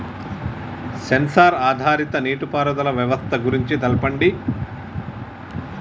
Censor ఆధారిత నీటిపారుదల వ్యవస్థ గురించి తెల్పండి?